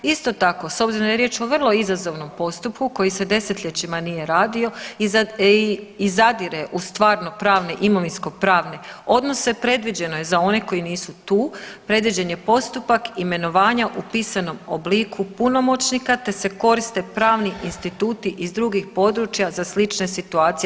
Isto tako, s obzirom da je riječ o vrlo izazovnom postupku koji se desetljećima nije radio i zadire u stvarno pravne imovinsko pravne odnose predviđeno je za one koji nisu tu, predviđen je postupak imenovanja u pisanom obliku punomoćnika te se koriste pravni instituti iz drugih područja za slične situacije.